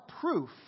proof